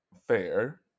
fair